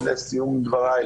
לסיום דבריי,